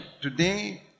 Today